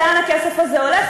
לאן הכסף הזה הולך,